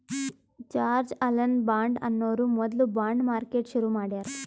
George Alan Bond ಅನ್ನೋರು ಮೊದ್ಲ bond market ಶುರು ಮಾಡ್ಯಾರ್